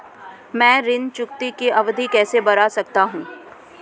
मैं ऋण चुकौती की अवधि कैसे बढ़ा सकता हूं?